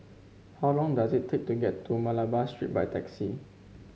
how long does it take to get to Malabar Street by taxi